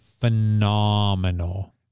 phenomenal